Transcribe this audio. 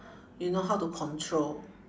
you know how to control